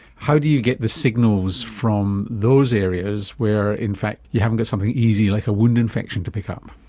how do you get the signals from those areas where in fact you haven't got something easy like a wound infection to pick up?